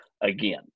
again